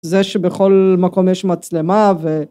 זה שבכל מקום יש מצלמה ו..